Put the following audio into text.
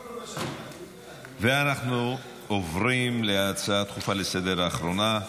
אנחנו עוברים להצעה הדחופה לסדר-היום האחרונה: